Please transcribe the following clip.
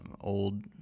old